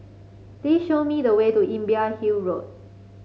please show me the way to Imbiah Hill Road